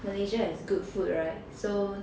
Malaysia has good food [right] so